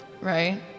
right